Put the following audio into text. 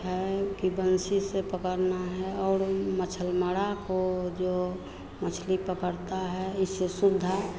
है कि बंसी से पकड़ना है और मछलमरा को जो मछली पकड़ता है इससे सुविधा